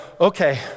Okay